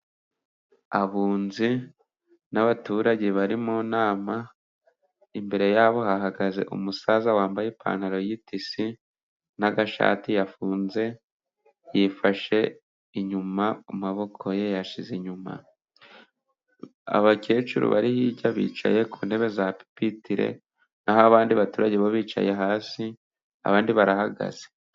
Abunzi n'abaturage bari mu nama, imbere yabo hahagaze umusaza wambaye ipantaro y'itisi n'agashati yafunze, yifashe inyuma amaboko ye yayashize inyuma, abakecuru bari hirya bicaye ku ntebe za pipitere n'aho abandi baturage bo bicaye hasi ,abandi barahagaze.